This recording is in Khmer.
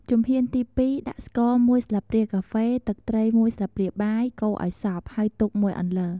ជំហានទី២ ដាក់ស្ករមួយស្លាបព្រាកាហ្វេ ទឹកត្រីមួយស្លាបព្រាបាយ កូរឱ្យសព្វ ហើយទុកមួយអន្លើ។